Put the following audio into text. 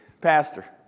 Pastor